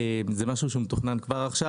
זה משהו שמתוכנן כבר עכשיו,